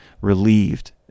relieved